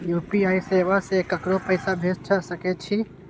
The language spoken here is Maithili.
यू.पी.आई सेवा से ककरो पैसा भेज सके छी?